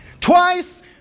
Twice